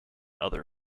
other